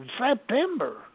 September